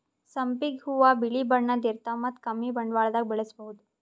ಸಂಪಿಗ್ ಹೂವಾ ಬಿಳಿ ಬಣ್ಣದ್ ಇರ್ತವ್ ಮತ್ತ್ ಕಮ್ಮಿ ಬಂಡವಾಳ್ದಾಗ್ ಬೆಳಸಬಹುದ್